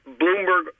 Bloomberg